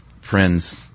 friends